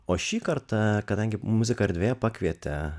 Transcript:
o šį kartą kadangi muzika erdvė pakvietė